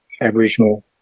Aboriginal